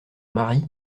mari